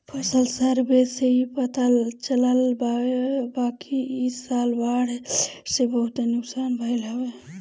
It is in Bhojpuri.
फसल सर्वे से इ पता चलल बाकि इ साल बाढ़ से बहुते नुकसान भइल हवे